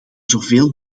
zoveel